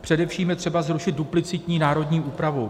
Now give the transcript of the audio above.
Především je třeba zrušit duplicitní národní úpravu.